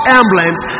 emblems